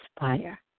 inspire